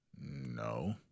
no